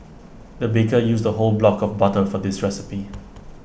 the baker used A whole block of butter for this recipe